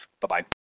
Bye-bye